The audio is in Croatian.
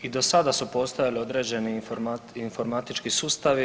I dosada su postojali određeni informatički sustavi.